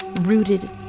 rooted